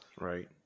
Right